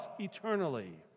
eternally